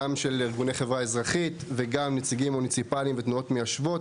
גם של ארגוני חברה אזרחית וגם מציגים מוניציפליים ותנועות מיישבות.